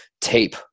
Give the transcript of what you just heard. tape